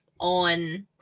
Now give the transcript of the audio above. on